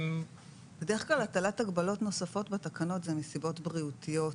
בדרך כלל הוספת הגבלות נוספות בתקנות זה מסיבות בריאותיות,